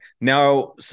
now